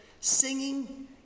Singing